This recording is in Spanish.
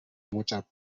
mucha